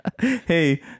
Hey